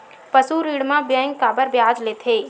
पशु ऋण म बैंक काबर ब्याज लेथे?